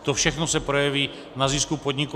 To všechno se projeví na zisku podniku.